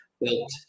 built